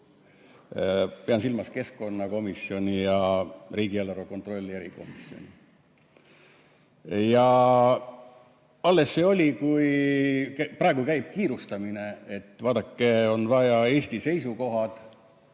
pean silmas keskkonnakomisjoni ja riigieelarve kontrolli erikomisjoni. Alles see oli, praegu käib kiirustamine, et vaadake, on vaja Eesti seisukohti,